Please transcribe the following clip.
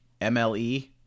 MLE